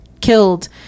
killed